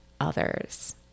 others